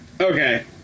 Okay